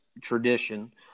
tradition